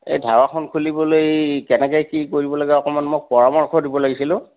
এই ধাবাখন খুলিবলৈ এই কেনেকৈ কি কৰিব লাগে অকণমান মোক পৰামৰ্শ দিব লাগিছিল অ'